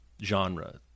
Genre